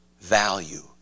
value